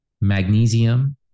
magnesium